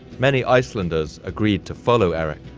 many icelanders agreed to follow erik.